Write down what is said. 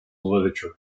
literature